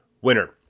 winner